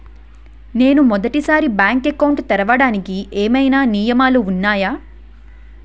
నేను మొదటి సారి బ్యాంక్ అకౌంట్ తెరవడానికి ఏమైనా నియమాలు వున్నాయా?